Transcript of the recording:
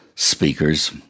speakers